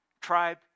tribe